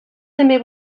també